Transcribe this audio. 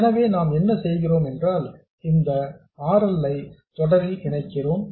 எனவே நாம் என்ன செய்கிறோம் என்றால் இந்த R L ஐ தொடரில் இணைக்கிறோம்